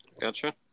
Gotcha